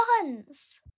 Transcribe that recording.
buns